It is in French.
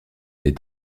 des